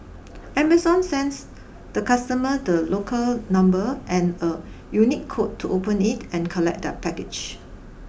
Amazon sends the customer the locker number and a unique code to open it and collect their package